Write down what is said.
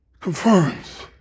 confirms